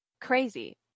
Crazy